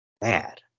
bad